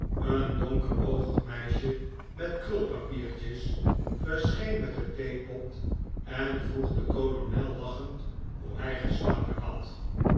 een donkeroogig meisje met krulpapiertjes verscheen met den theepot en vroeg den kolonel lachend hoe hij geslapen had